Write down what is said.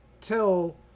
tell